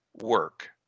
work